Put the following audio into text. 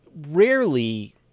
rarely